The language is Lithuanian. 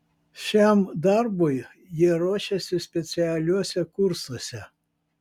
šiam darbui jie ruošiasi specialiuose kursuose